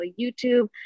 YouTube